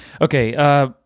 Okay